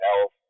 Health